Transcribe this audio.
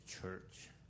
church